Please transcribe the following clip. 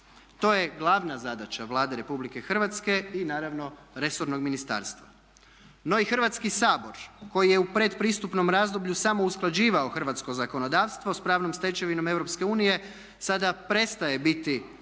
To je glavna zadaća Vlade Republike Hrvatske i naravno resornog ministarstva. No i Hrvatski sabor koji je u predpristupnom razdoblju samo usklađivao hrvatsko zakonodavstvo sa pravnom stečevinom Europske unije sada prestaje biti